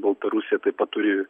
baltarusija taip pat turi